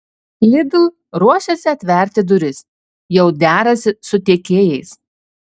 lidl ruošiasi atverti duris jau derasi su tiekėjais